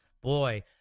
boy